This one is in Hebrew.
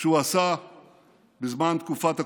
שהוא עשה בתקופת הקורונה.